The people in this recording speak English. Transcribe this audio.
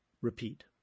Repeat